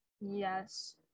Yes